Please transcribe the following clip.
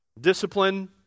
Discipline